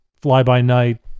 fly-by-night